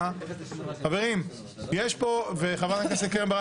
אי-אפשר להיות --- ולכן חשוב --- חבר הכנסת גדי יברקן,